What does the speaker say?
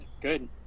good